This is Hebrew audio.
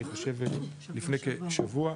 אני חושב לפני כשבוע.